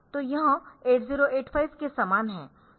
तो यह 8085 के समान है